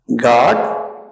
God